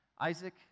Isaac